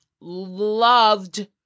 loved